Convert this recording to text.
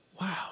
Wow